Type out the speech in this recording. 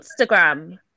Instagram